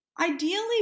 Ideally